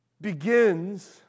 begins